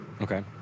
Okay